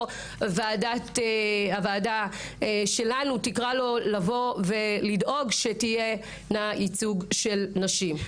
הוועדה שלנו תקרא לו לדאוג לייצוג של נשים.